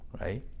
right